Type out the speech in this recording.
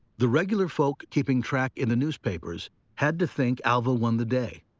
the regular folk keeping track in the newspapers had to think alva won the day.